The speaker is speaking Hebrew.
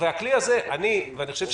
אני חושב,